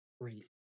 great